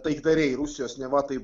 taikdariai rusijos neva tai